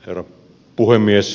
herra puhemies